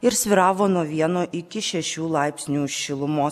ir svyravo nuo vieno iki šešių laipsnių šilumos